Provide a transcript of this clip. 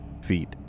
Feet